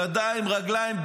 ידיים, רגליים.